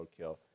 roadkill